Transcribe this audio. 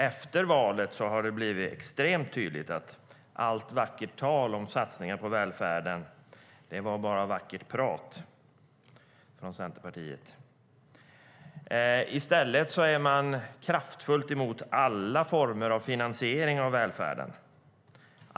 Efter valet har det blivit extremt tydligt att allt vackert tal om satsningar på välfärden bara var vackert prat från Centerpartiet. I stället är man kraftfullt emot alla former av finansiering av välfärden.